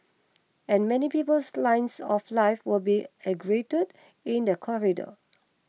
and many people's lines of life will be aggregated in that corridor